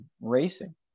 racing